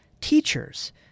Teachers